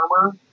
armor